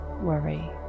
worry